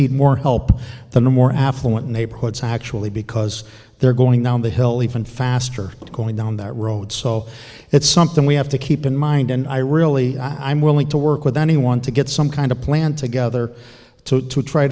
need more help than the more affluent neighborhoods actually because they're going down the hill they've been faster going down that road so it's something we have to keep in mind and i really i'm willing to work with anyone to get some kind of plan together to t